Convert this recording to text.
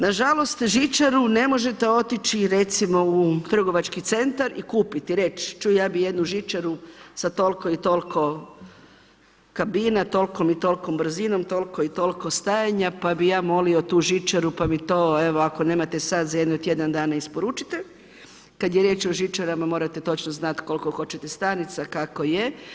Nažalost žičaru ne možete otići recimo u trgovački centra, i kupiti, reći čuj ja bi jednu žičaru sa toliko i toliko kabina, tolikom i tolikom brzinom, toliko i toliko stajanja pa bi ja molio tu žičaru pa mi to evo, ako nemate sad, za jedno tjedan isporučite, kad je riječ o žičarama morate točno znati koliko hoćete stanica, kako je.